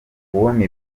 kubona